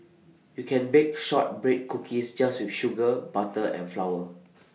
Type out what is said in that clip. you can bake Shortbread Cookies just with sugar butter and flour